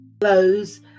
close